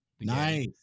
Nice